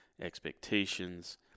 expectations